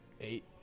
Eight